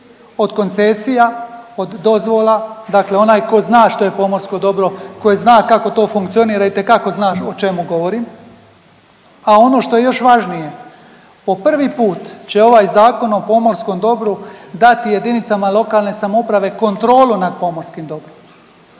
od koncesija, od dozvola, dakle onaj ko zna što je pomorsko dobro, koji zna kako to funkcionira, itekako zna o čemu govorim. A ono što je još važnije po prvi put će ovaj Zakon o pomorskom dobru dati JLS kontrolu nad pomorskim dobrom,